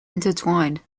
intertwined